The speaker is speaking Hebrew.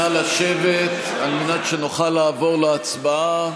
נא לשבת על מנת שנוכל לעבור להצבעה.